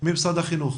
ממשרד החינוך.